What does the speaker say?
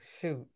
shoot